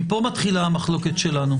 מפה מתחילה המחלוקת שלו.